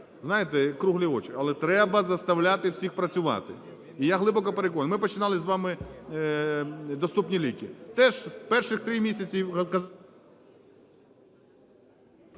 Знаєте, круглі очі. Але треба заставляти всіх працювати. І я глибоко переконаний. Ми починали з вами "Доступні ліки". Теж перші три місяці… ГОЛОВУЮЧИЙ.